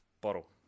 bottle